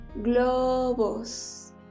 Globos